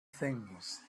things